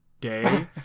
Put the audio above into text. Day